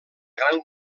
gran